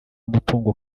umutungo